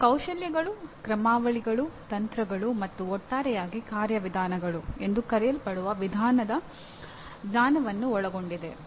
ಇದು ಕೌಶಲ್ಯಗಳು ಕ್ರಮಾವಳಿಗಳು ತಂತ್ರಗಳು ಮತ್ತು ಒಟ್ಟಾರೆಯಾಗಿ ಕಾರ್ಯವಿಧಾನಗಳು ಎಂದು ಕರೆಯಲ್ಪಡುವ ವಿಧಾನಗಳ ಜ್ಞಾನವನ್ನು ಒಳಗೊಂಡಿದೆ